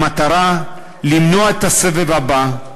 במטרה למנוע את הסבב הבא,